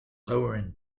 lowering